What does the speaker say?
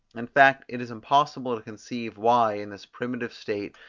in fact, it is impossible to conceive, why, in this primitive state,